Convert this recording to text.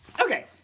Okay